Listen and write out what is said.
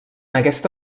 aquesta